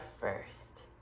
first